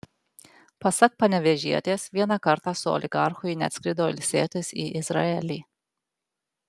pasak panevėžietės vieną kartą su oligarchu ji net skrido ilsėtis į izraelį